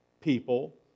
people